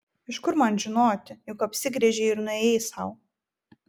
iš kur man žinoti juk apsigręžei ir nuėjai sau